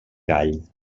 gall